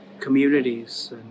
communities